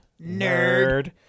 Nerd